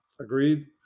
agreed